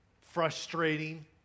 frustrating